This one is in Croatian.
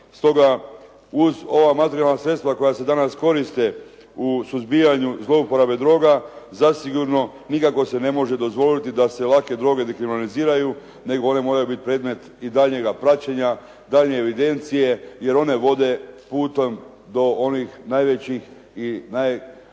Stoga, uz ova materijalna sredstva koja se danas koriste u suzbijanju zlouporabe droga zasigurno nikako se ne može dozvoliti da se lake droge dekriminaliziraju nego one moraju biti predmet i daljnjega praćenja, dalje evidencije jer one vode putem do onih najvećih konzumenata.